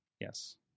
Yes